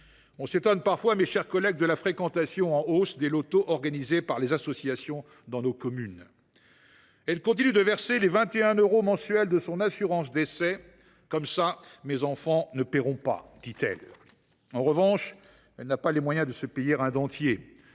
l’on s’étonne parfois, mes chers collègues, de la fréquentation en hausse des lotos organisés par les associations dans nos communes. Elle continue de verser les 21 euros mensuels de son assurance décès :« Comme ça, mes enfants ne paieront pas », dit elle. En revanche, elle n’a pas les moyens de se payer un dentier,